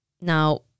Now